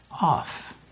off